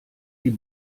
die